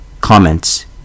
Comments